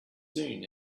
soon